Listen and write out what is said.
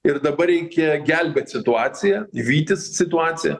ir dabar reikia gelbėt situaciją vytis situaciją